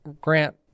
grant